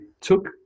took